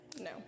no